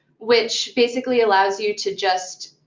which basically allows you to just,